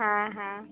હા હા